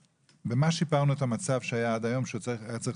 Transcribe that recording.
במה שיפרנו שהיה עד היום שהוא היה צריך